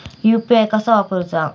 UPI कसा वापरूचा?